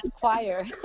choir